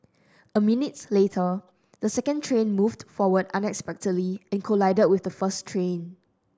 a minutes later the second train moved forward unexpectedly and collided with the first train